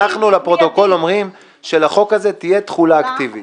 אנחנו לפרוטוקול אומרים שלחוק הזה תהיה תחולה אקטיבית.